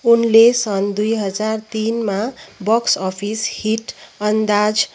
उनले सन् दुई हजार तिनमा बक्स् अफिस हिट अन्दाज